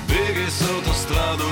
bėgiais autostradoj